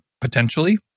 potentially